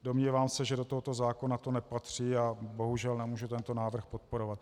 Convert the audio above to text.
Domnívám se, že do tohoto zákona to nepatří, a bohužel nemůžu tento návrh podporovat.